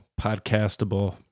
podcastable